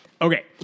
okay